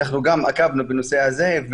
אנחנו גם עקבנו בנושא הזה,